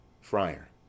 Friar